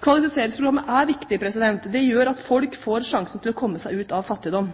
Kvalifiseringsprogrammet er viktig. Det gjør at folk får sjansen til